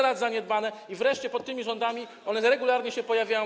lat zaniedbane i wreszcie pod tymi rządami one regularnie się pojawiają.